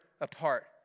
apart